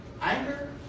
Anger